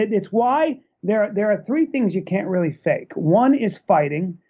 it's why there there are three things you can't really fake. one is fighting.